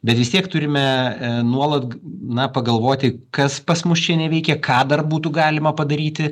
bet vis tiek turime nuolat na pagalvoti kas pas mus čia neveikė ką dar būtų galima padaryti